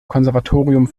konservatorium